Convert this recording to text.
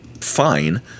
fine